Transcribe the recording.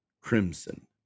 crimson